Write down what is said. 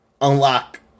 unlock